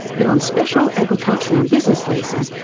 but on special agricultural and business leases,